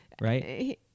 Right